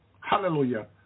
hallelujah